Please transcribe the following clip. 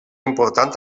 important